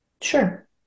Sure